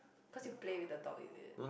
cause you play with the dog is it